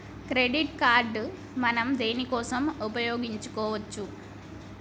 Credit card మనం దేనికోసం ఉపయోగించుకోవచ్చు?